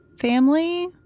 family